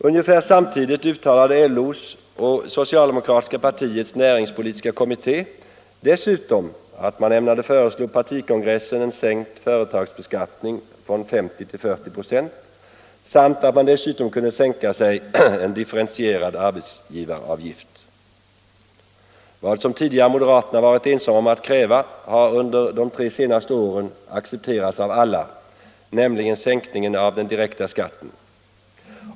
Ungefär samtidigt uttalade LO:s och socialdemokratiska partiets näringspolitiska kommitté dessutom att man ämnade föreslå partikongressen en sänkt företagsbeskattning från 50 till 40 926 samt att man dessutom kunde tänka sig en differentierad arbetsgivaravgift. Vad moderaterna tidigare varit ensamma om att kräva har under de tre senaste åren accepterats av alla, nämligen sänkningen av den direkta skatten.